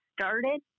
started